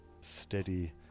steady